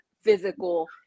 physical